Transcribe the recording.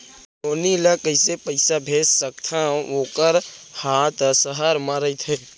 नोनी ल कइसे पइसा भेज सकथव वोकर हा त सहर म रइथे?